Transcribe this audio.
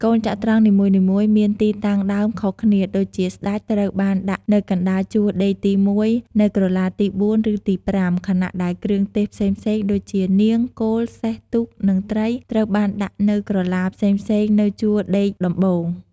កូនចត្រង្គនីមួយៗមានទីតាំងដើមខុសគ្នា ដូចជា ស្ដេច ត្រូវបានដាក់នៅកណ្តាលជួរដេកទី១ នៅក្រឡាទី៤ ឬទី៥ ខណៈដែលគ្រឿងទេសផ្សេងៗដូចជា នាង គោល សេះ ទូក និងត្រី ត្រូវបានដាក់នៅក្រឡាផ្សេងៗនៅជួរដេកដំបូង។